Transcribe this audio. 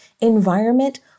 environment